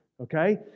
okay